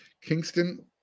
Kingston